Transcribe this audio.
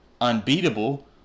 Unbeatable